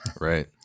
Right